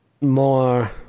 more